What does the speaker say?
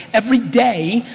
every day,